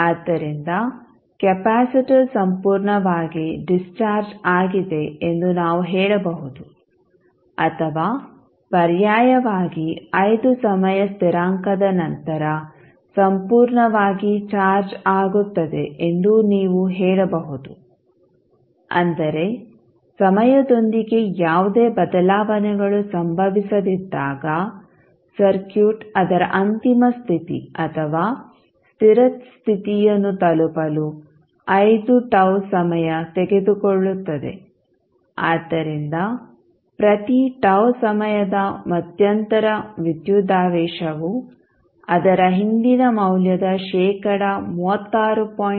ಆದ್ದರಿಂದ ಕೆಪಾಸಿಟರ್ ಸಂಪೂರ್ಣವಾಗಿ ಡಿಸ್ಚಾರ್ಜ್ ಆಗಿದೆ ಎಂದು ನಾವು ಹೇಳಬಹುದು ಅಥವಾ ಪರ್ಯಾಯವಾಗಿ 5 ಸಮಯ ಸ್ಥಿರಾಂಕದ ನಂತರ ಸಂಪೂರ್ಣವಾಗಿ ಚಾರ್ಜ್ ಆಗುತ್ತದೆ ಎಂದೂ ನೀವು ಹೇಳಬಹುದು ಅಂದರೆ ಸಮಯದೊಂದಿಗೆ ಯಾವುದೇ ಬದಲಾವಣೆಗಳು ಸಂಭವಿಸದಿದ್ದಾಗ ಸರ್ಕ್ಯೂಟ್ ಅದರ ಅಂತಿಮ ಸ್ಥಿತಿ ಅಥವಾ ಸ್ಥಿರ ಸ್ಥಿತಿಯನ್ನು ತಲುಪಲು 5 τ ಸಮಯ ತೆಗೆದುಕೊಳ್ಳುತ್ತದೆ ಆದ್ದರಿಂದ ಪ್ರತಿ τ ಸಮಯದ ಮಧ್ಯಂತರ ವಿದ್ಯುದಾವೇಶವು ಅದರ ಹಿಂದಿನ ಮೌಲ್ಯದ ಶೇಕಡಾ 36